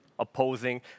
Opposing